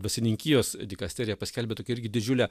dvasininkijos dikasterija paskelbė tokią irgi didžiulę